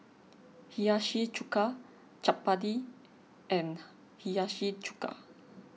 Hiyashi Chuka Chapati and Hiyashi Chuka